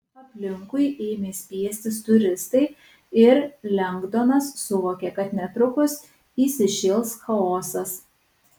aplinkui ėmė spiestis turistai ir lengdonas suvokė kad netrukus įsišėls chaosas